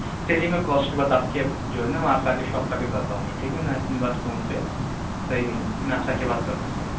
چلیے میں آپ کے جو ہے نا وہاں پہ آ کے شاپ پہ آ کے کرتا ہوں میں ٹھیک ہے نا اتنی بات فون پہ صحیح نہیں ہے میں آپ سے آ کے بات کرتا ہوں سر